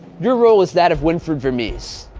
your role is that of winfried vermijs.